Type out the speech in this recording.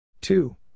Two